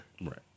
Right